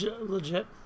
legit